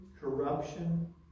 Corruption